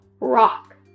rock